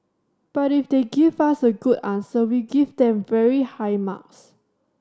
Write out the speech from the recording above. but if they give us a good answer we give them very high marks